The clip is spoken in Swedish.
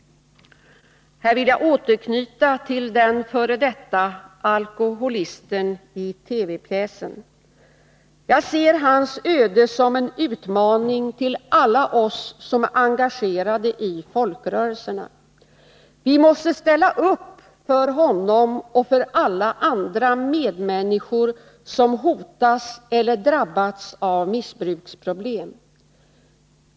Här vill jag åter anknyta till den f. d. alkoholisten i TV-pjäsen. Jag ser hans öde som en utmaning till alla oss som är engagerade i folkrörelserna. Vi måste ställa upp för honom och för alla andra medmänniskor som hotas eller drabbats av missbruksproblem.